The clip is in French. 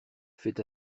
fait